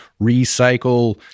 recycle